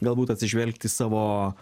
galbūt atsižvelgt į savo